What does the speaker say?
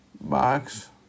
Box